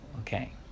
okay